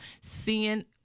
seeing